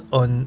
on